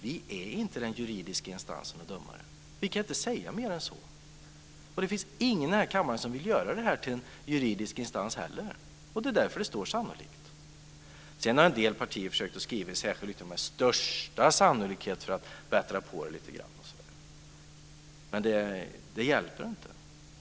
Vi är inte den juridiska instansen för att döma detta. Vi kan inte säga mera än så. Det finns inte heller någon här i kammaren som vill göra den till en juridisk instans, och det är därför som det står En del partier har sedan försökt med att skriva "med största sannolikhet" för att bättra på det lite grann, men det hjälper inte.